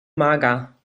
mager